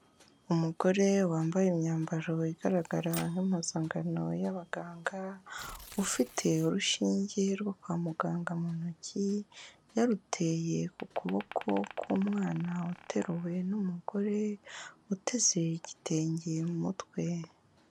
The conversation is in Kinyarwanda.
Umugore wambaye imyambaro igaragara nk'impuzangano y'abaganga, ufite urushinge rwo kwa muganga mu ntoki, yaruteye ku kuboko k'umwana uteruwe n'umugore, uteze igitenge mu mutwe.